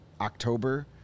October